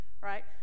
right